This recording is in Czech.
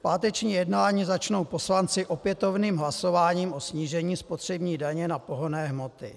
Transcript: Páteční jednání začnou poslanci opětovným hlasováním o snížení spotřební daně na pohonné hmoty.